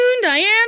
Diane